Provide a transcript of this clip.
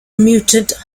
mutant